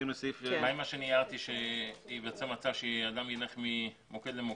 ומה לגבי זה שהכול יעבור ממוקד למוקד,